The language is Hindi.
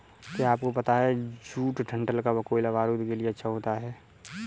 क्या आपको पता है जूट डंठल का कोयला बारूद के लिए अच्छा होता है